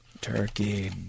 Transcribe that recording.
Turkey